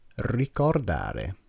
ricordare